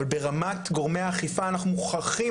אבל ברמת גורמי האכיפה אנחנו מוכרחים